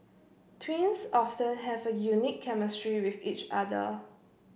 twins often have a unique chemistry with each other